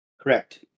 correct